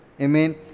Amen